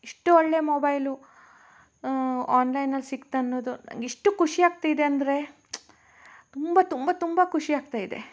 ಇಷ್ಟು ಒಳ್ಳೆ ಮೊಬೈಲು ಆನ್ಲೈನಲ್ಲಿ ಸಿಕ್ತು ಅನ್ನೋದು ನಂಗೆ ಎಷ್ಟು ಖುಷಿ ಆಗ್ತಿದೆ ಅಂದರೆ ತುಂಬ ತುಂಬ ತುಂಬ ಖುಷಿ ಆಗ್ತಾಯಿದೆ